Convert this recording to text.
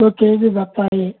ఒక కేజీ బత్తాయి